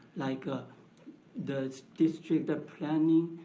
like ah the district ah planning,